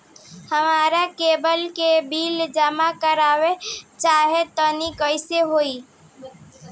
हमरा केबल के बिल जमा करावल चहा तनि कइसे होई?